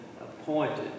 appointed